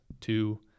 two